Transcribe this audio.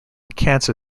cancer